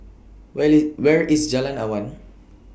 Where IT Where IS Jalan Awan